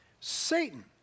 Satan